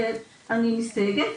אני מסתייגת,